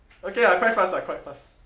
okay ah quite fast ah quite fast